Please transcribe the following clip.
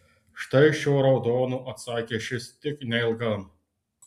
štai šiuo raudonu atsakė šis tik neilgam